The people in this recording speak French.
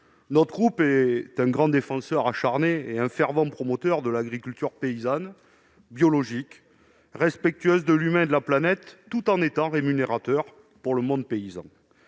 Notre groupe est un défenseur acharné et un fervent promoteur de l'agriculture paysanne, biologique, respectueuse de l'humain et de la planète, et rémunératrice pour le monde paysan.